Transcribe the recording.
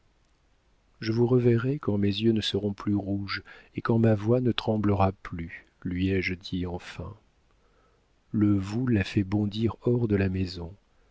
je vous reverrai quand mes yeux ne seront plus rouges et quand ma voix ne tremblera plus lui ai-je dit enfin le vous l'a fait bondir hors de la maison